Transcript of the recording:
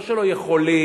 לא שלא יכולים,